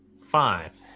Five